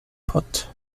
pot